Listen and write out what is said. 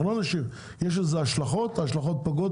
יש לזה השלכות,